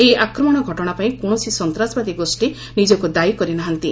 ଏହି ଆକ୍ରମଣ ଘଟଣା ପାଇଁ କୌଣସି ସନ୍ତାସବାଦୀ ଗୋଷୀ ନିଜକୁ ଦାୟୀ କରିନାହାନ୍ତି